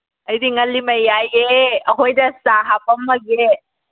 ꯑꯩꯗꯤ ꯉꯜꯂꯤꯃꯩ ꯌꯥꯏꯌꯦ ꯑꯩꯈꯣꯏꯗ ꯆꯥꯛ ꯍꯥꯞꯄꯝꯃꯒꯦ